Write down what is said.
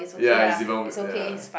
ya it's in one week ya